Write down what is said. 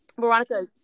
Veronica